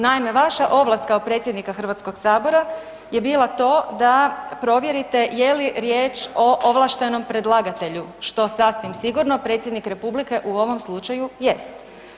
Naime, vaša ovlast kao predsjednika Hrvatskog sabora je bila to da provjerite je li riječ o ovlaštenom predlagatelju, što sasvim sigurno Predsjednik Republike u ovom slučaju jest.